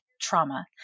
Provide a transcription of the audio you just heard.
trauma